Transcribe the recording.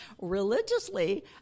religiously